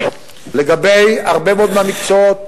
לגבי הרבה מאוד מהמקצועות